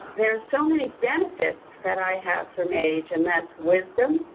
there are so many benefits that i have from age. and that's wisdom,